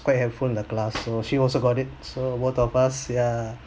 quite helpful in the class so she also got it so both of us yeah